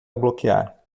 bloquear